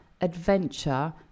adventure